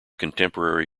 contemporary